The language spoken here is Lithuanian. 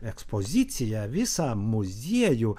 ekspoziciją visą muziejų